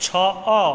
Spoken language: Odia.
ଛଅ